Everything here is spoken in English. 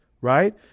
right